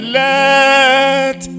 let